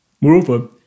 Moreover